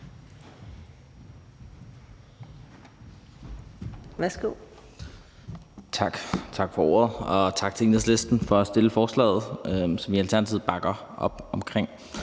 Tak for ordet, og tak til Enhedslisten for at fremsætte forslaget, som vi i Alternativet bakker op om.